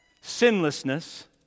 Sinlessness